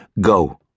go